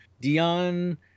Dion